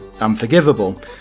Unforgivable